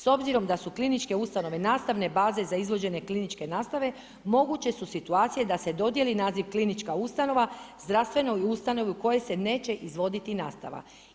S obzirom da su kliničke ustanove nastavne baze za izvođenje kliničke nastave moguće su situacije da se dodjeli naziv klinička ustanova zdravstvenoj ustanovi u kojoj se neće izvoditi nastava.